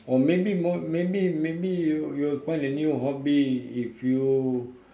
or maybe more maybe maybe you will you will find a new hobby if you